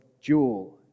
jewel